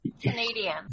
Canadian